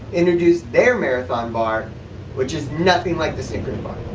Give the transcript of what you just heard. introduced their marathon bar which is nothing like the snickers bar